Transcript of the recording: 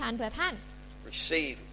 receive